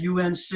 UNC